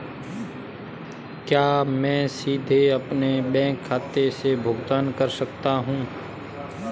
क्या मैं सीधे अपने बैंक खाते से भुगतान कर सकता हूं?